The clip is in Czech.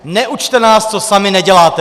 Neučte nás, co sami neděláte.